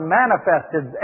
manifested